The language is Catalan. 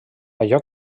allò